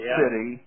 city